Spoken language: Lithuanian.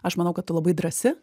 aš manau kad tu labai drąsi